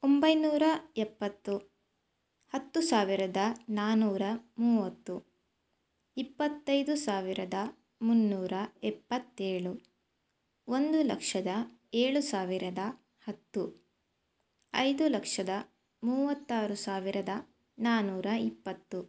ಒಂಬೈನೂರ ಎಪ್ಪತ್ತು ಹತ್ತು ಸಾವಿರದ ನಾನೂರ ಮೂವತ್ತು ಇಪ್ಪತ್ತೈದು ಸಾವಿರದ ಮುನ್ನೂರ ಎಪ್ಪತ್ತೇಳು ಒಂದು ಲಕ್ಷದ ಏಳು ಸಾವಿರದ ಹತ್ತು ಐದು ಲಕ್ಷದ ಮೂವತ್ತಾರು ಸಾವಿರದ ನಾನೂರ ಇಪ್ಪತ್ತು